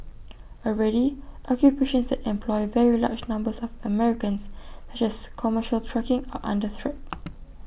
already occupations that employ very large numbers of Americans such as commercial trucking are under threat